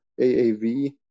AAV